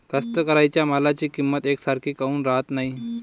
कास्तकाराइच्या मालाची किंमत यकसारखी काऊन राहत नाई?